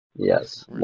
Yes